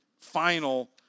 final